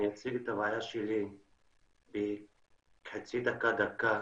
אני אציג את הבעיה שלי בחצי דקה, דקה.